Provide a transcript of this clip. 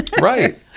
Right